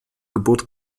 geburt